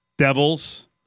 Devils